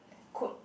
coat